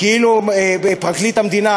כאילו פרקליט המדינה,